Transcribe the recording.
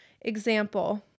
Example